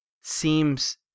seems